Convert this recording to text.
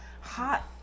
hot